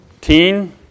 teen